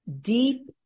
Deep